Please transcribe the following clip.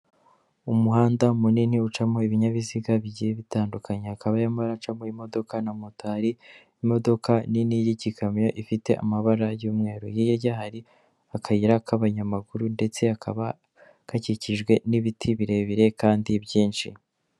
Umuhanda munini ucamo ibinyabiziga bigiye bitandukanye hakab harimo haracamo imodoka na motari, imodoka nini y'igikamyo ifite amabara y'umweru hirya hari akayira k'abanyamaguru ndetse kakaba gakikijwe n'ibiti birebire kandi byinshi.